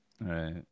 Right